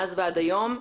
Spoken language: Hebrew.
מאז ועד היום,